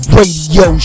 Radio